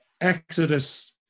exodus